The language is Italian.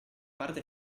parte